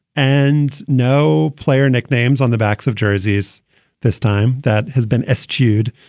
and no player nicknames on the backs of jerseys this time that has been rescued.